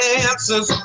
answers